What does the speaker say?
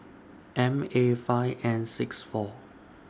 M A five N six four